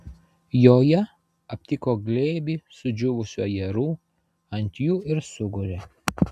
joje aptiko glėbį sudžiūvusių ajerų ant jų ir sugulė